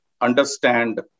understand